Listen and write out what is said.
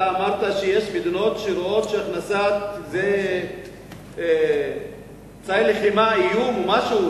אתה אמרת שיש מדינות שרואות שהכנסת אמצעי לחימה זה איום או משהו,